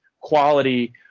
quality